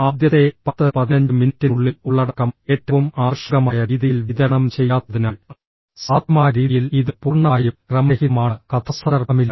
ആദ്യത്തെ 10 15 മിനിറ്റിനുള്ളിൽ ഉള്ളടക്കം ഏറ്റവും ആകർഷകമായ രീതിയിൽ വിതരണം ചെയ്യാത്തതിനാൽ സാധ്യമായ രീതിയിൽ ഇത് പൂർണ്ണമായും ക്രമരഹിതമാണ് കഥാസന്ദർഭമില്ല